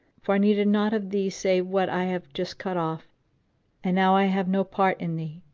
for i needed naught of thee save what i have just cut off and now i have no part in thee,